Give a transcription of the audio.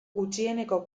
gutxieneko